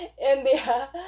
India